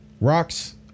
rocks